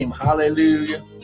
Hallelujah